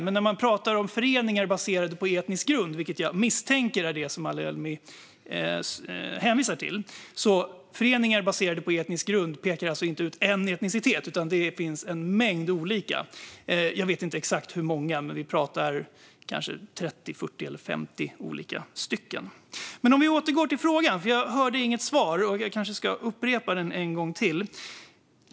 Men när man talar om föreningar baserade på etnisk grund, vilket jag misstänker är det som åsyftas med det som Ali-Elmi anför, handlar det alltså inte om någon enskild etnicitet, utan det finns en mängd olika. Jag vet inte exakt hur många, men vi pratar om kanske 30, 40 eller 50. Men låt oss återgå till frågan, för jag hörde inget svar. Jag kanske ska upprepa den en gång till.